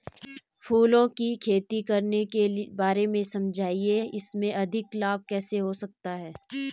फूलों की खेती करने के बारे में समझाइये इसमें अधिक लाभ कैसे हो सकता है?